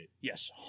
Yes